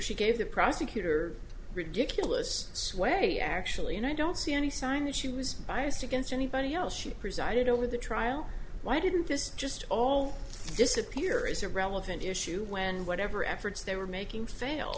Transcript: she gave the prosecutor ridiculous sway actually and i don't see any sign that she was biased against anybody else she did over the trial why didn't this just all disappear is a relevant issue when whatever efforts they were making